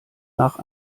nach